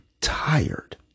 tired